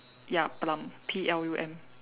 ya plum P L U M